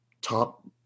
top